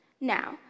Now